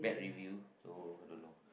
bad review so